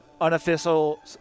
Unofficial